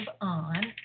on